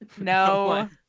No